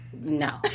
No